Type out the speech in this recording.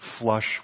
Flush